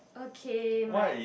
okay my